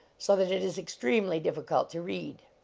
so that it is extremely difficult to read.